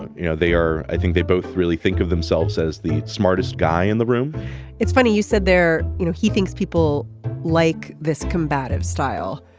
and you know they are. i think they both really think of themselves as the smartest guy in the room it's funny you said there. you know he thinks people like this combative style.